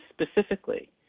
specifically